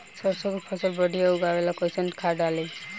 सरसों के फसल बढ़िया उगावे ला कैसन खाद डाली?